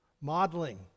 Modeling